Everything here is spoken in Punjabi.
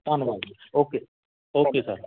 ਧੰਨਵਾਦ ਜੀ ਓਕੇ ਓਕੇ ਸਰ